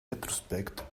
retrospect